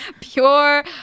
Pure